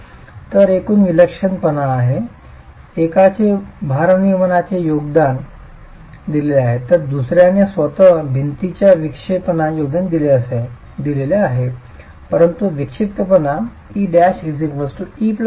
तर एकूण विलक्षणपणा आहे एकाचे भारनियमनने योगदान दिले आहे तर दुसर्याचे स्वतः भिंतीच्या विक्षेपणाने योगदान दिले आहे संपूर्ण विक्षिप्तपणा e' e Δ